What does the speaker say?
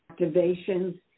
activations